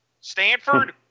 Stanford